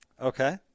Okay